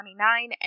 29